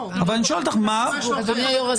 אבל אני שואל אותך --- אדוני היו"ר,